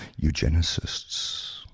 eugenicists